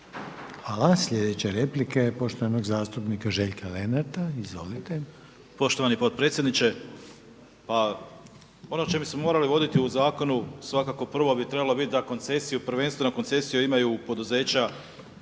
Hvala. Slijedeća replika je poštovanog zastupnika Željka Lenarta. Izvolite. **Lenart, Željko (HSS)** Poštovani potpredsjedniče, pa ono o čemu bismo morali voditi u zakonu svakako prvo bi trebalo biti da koncesiju prvenstveno koncesiju imaju poduzeća,